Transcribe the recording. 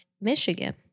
Michigan